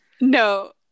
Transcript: No